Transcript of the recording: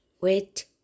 wait